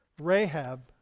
Rahab